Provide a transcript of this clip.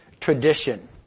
tradition